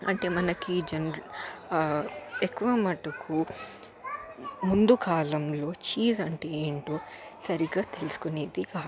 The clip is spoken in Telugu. అంటే మనకి జనరల్ ఎక్కువ మట్టుకు ముందు కాలంలో చీజ్ అంటే ఏంటో సరిగ్గా తెలుసుకునేది కాదు